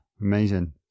Amazing